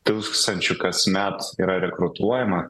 tūkstančių kasmet yra rekrutuojama